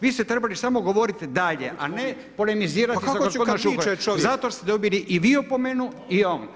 Vi ste trebali samo govoriti dalje, a ne polemizirati… ... [[Govornici govore istovremeno, ne razumije se.]] Zato ste dobili i vi opomenu i on.